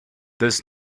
this